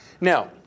Now